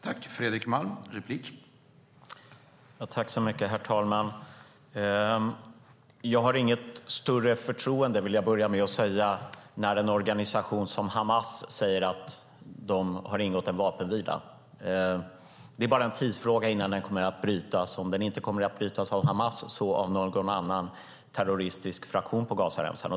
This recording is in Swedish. Herr talman! Jag vill börja med att säga att jag inte har något större förtroende när en organisation som Hamas säger att den har ingått en vapenvila. Det är bara en tidsfråga innan den kommer att brytas. Om den inte kommer att brytas om inte av Hamas så av någon annan terroristisk fraktion på Gazaremsan.